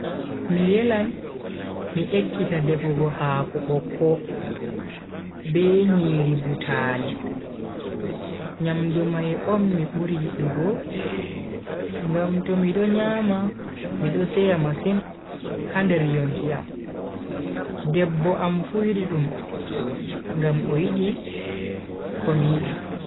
MI yelan mi ekkita defugo haako bokko be nyiri butaali. Nyamdu mai on mi buri yidugo ngam to mido nyama mido seya masin ha nder yonki. debbo am fu yidi dum ngam o yidi komi yidi.